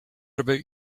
about